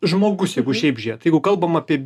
žmogus jeigu šiaip žėt jeigu kalbam apie